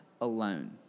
alone